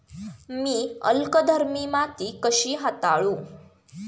मी अल्कधर्मी माती कशी हाताळू?